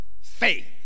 faith